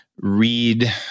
read